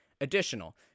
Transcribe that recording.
additional